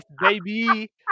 baby